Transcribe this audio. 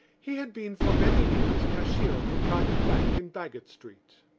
he had been for many years cashier of a private bank in baggot street.